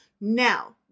Now